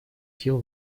сил